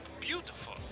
beautiful